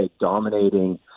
dominating